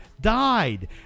died